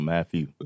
Matthew